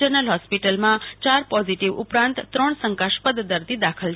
general હોસ્પિટલમાં ચાર positive ઉપરાંત ત્રણ શંકાસ્પદ દર્દી દાખલ છે